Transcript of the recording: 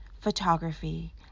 photography